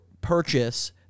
purchase